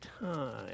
time